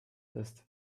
ist